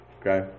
Okay